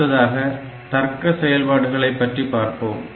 அடுத்ததாக தர்க்க செயல்பாடுகளைப் பற்றி பார்ப்போம்